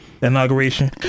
Inauguration